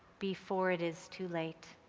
before it is too late.